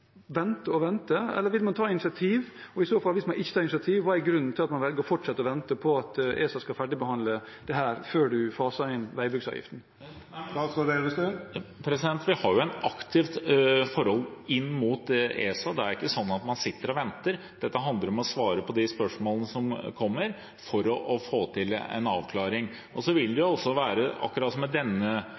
vente og vente, eller vil man ta initiativ? Og hvis man ikke tar initiativ: Hva er grunnen til at man velger å fortsette med å vente på at ESA skal ferdigbehandle dette, før man faser inn veibruksavgiften? Vi har et aktivt forhold til ESA. Det er ikke sånn at en sitter og venter. Dette handler om å svare på de spørsmålene som kommer, for å få til en avklaring. Så vil det også være med dette fritaket som med